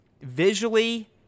visually